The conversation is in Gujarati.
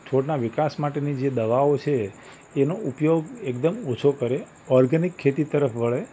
છોડના વિકાસ માટેની જે દવાઓ છે એનો ઉપયોગ એકદમ ઓછો કરે ઑર્ગેનિક ખેતી તરફ વળે